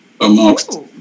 amongst